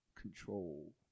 control